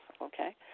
okay